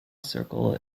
circle